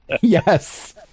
Yes